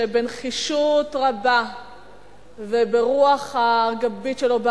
שבנחישות רבה וברוח הגבית שלו,